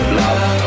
love